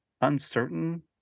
uncertain